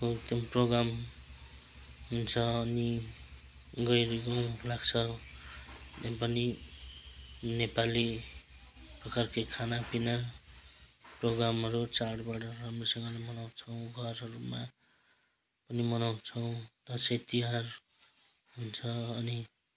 को एकदम प्रोग्राम हुन्छ अनि गैरी गाउँ लाग्छ त्यहाँ पनि नेपाली प्रकारकै खानापिना प्रोग्रामहरू चाडबाड राम्रोसँगले मनाउँछौँ घरहरूमा पनि मनाउँछौँ दसैँ तिहार हुन्छ अनि